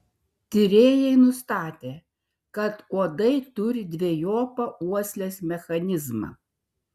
tyrėjai nustatė kad uodai turi dvejopą uoslės mechanizmą